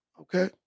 Okay